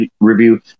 review